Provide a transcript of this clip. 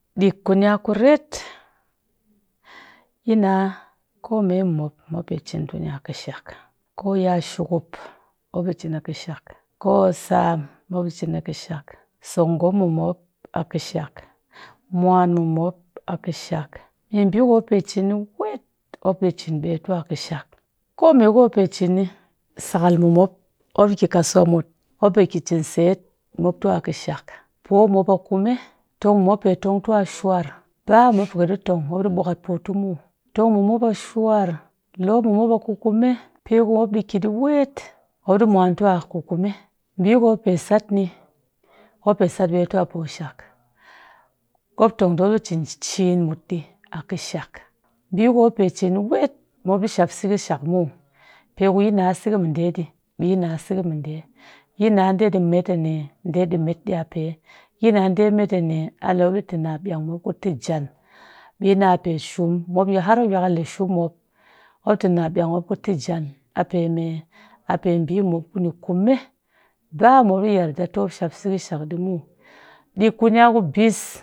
Ɗik kunya kuret yi na kome mɨmop, mop pe cin ni tu a kishak koya shukup mop pe cin nya kishak, ko sam mop cin a kishak, so ngom mɨ’ mop a kishak mwan mɨ mop a kishak meɓi kumop pe cin wet mop pe cin ɓetu kishak. Kome kumop pe cin ni sakal mɨ mop, mop ɗi ki kasuwa mut mop pe cin set moptu kishak poo mop a kume mop pe tongmɨ mop a shwar ba mop ƙɨ tong mop ɗi ɓwakat poo tu muw tong mɨ mop a shwar loo mɨ mop a kukume pe kumop ɗi ki ɗi wet. mop ɗi mwan tu a kukume ɓii kumop pe satni mop pe sat ɓetu a pooshak mop tong tɨ mop cin ciin mutɗi a ƙɨshak ɓiku mop pe cin wet mop ɗi shap sɨkhɨshak muw pe ku yi na sɨghɨ mɨ ɗe ɗi, yi na ɗe ɗii met a ne ɗe ɗii met nya pe yina ɗe allah mop ɗiitɨ naɓe'ank mop ku tijan ɓi na le shum har mop yakal le shum mop mopti naɓe'ank mop ku tijan a peme ɓi mi mop kunya kukume ba mop ɗi yarda ti shap sɨghɨshak ɗii muw, ɗik kunya ku bis.